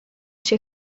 się